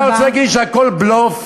אתה רוצה להגיד לי שהכול בלוף?